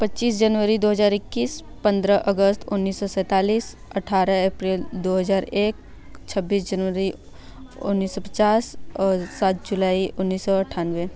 पच्चीस जनवरी दो हज़ार इक्कीस पंद्रह अगस्त उन्नीस सौ सैंतालीस अठारह ऐप्रेल दो हज़ार एक छब्बीस जनवरी उन्नीस सौ पचास और सात जुलाई उन्नीस सौ अठानवे